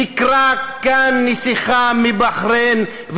ביקרה כאן נסיכה מבחריין,